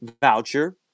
Voucher